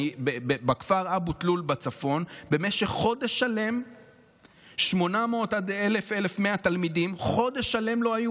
בכפר אבו תלול בצפון 800 עד 1,100-1,000 תלמידים לא היו